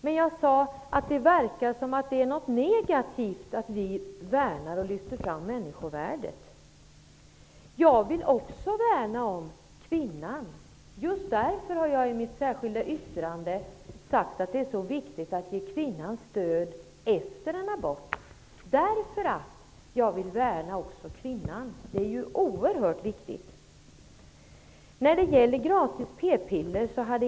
Men jag sade att det förefaller som att det är negativt att vi värnar om och lyfter fram människovärdet. Jag vill också värna om kvinnan. Det är just därför som jag i mitt särskilda yttrande har sagt att det är viktigt att ge kvinnan stöd efter en abort. Det är ju oerhört viktigt att värna också om kvinnan.